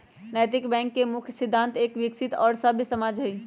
नैतिक बैंक के मुख्य सिद्धान्त एक विकसित और सभ्य समाज हई